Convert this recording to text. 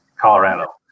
Colorado